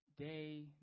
Day